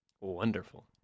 Wonderful